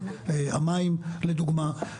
המים לדוגמה.